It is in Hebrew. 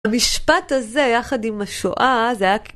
המשפט הזה, יחד עם השואה, זה היה...